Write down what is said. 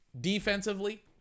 defensively